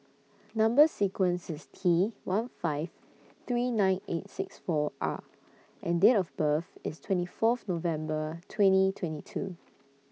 Number sequence IS T one five three nine eight six four R and Date of birth IS twenty Fourth November twenty twenty two